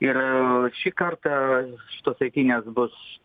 ir šį kartą šitos eitynės bus